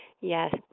Yes